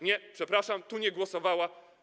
Nie, przepraszam, tu nie głosowała.